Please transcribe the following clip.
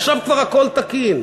עכשיו כבר הכול תקין.